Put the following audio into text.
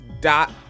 dot